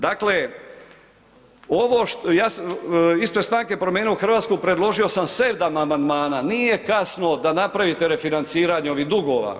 Dakle, ovo, ispred stranke Promijenimo Hrvatsku predložio sam 7 amandmana, nije kasno da napravite refinanciranje ovih dugova.